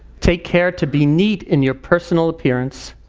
take care to be neat in your personal appearance.